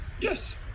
Yes